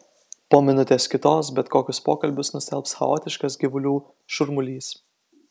po minutės kitos bet kokius pokalbius nustelbs chaotiškas gyvulių šurmulys